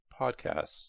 podcasts